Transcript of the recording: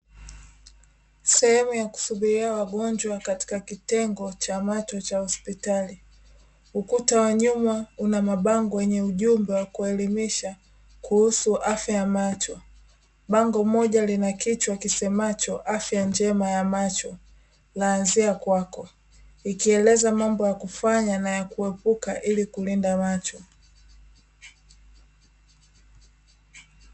Sehemu ya kusubiria wagonjwa katika kitengo cha macho cha hospitali ukuta wa nyuma una mabango yenye ujumbe wa kuelimisha kuhusu afya ya macho, bango moja lina kichwa kisemacho "afya njema ya macho la anzia kwako", ikieleza mambo ya kufanya na ya kuepuka ili kulinda macho.